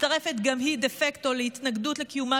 מצטרפת גם היא דה פקטו להתנגדות לקיומה